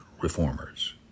reformers